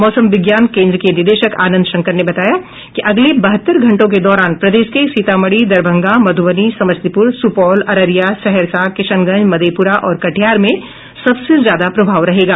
मौसम विज्ञान केंद्र के निदेशक आनंद शंकर ने बताया कि अगले बहत्तर घंटों के दौरान प्रदेश के सीतामढ़ी दरभंगा मधुबनी समस्तीपुर सुपौल अररिया सहरसा किशनगंज मधेपुरा और कटिहार में सबसे ज्यादा प्रभाव रहेगा